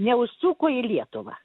neužsuko į lietuvą